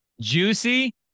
Juicy